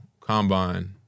combine